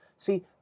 See